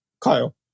Kyle